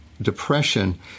Depression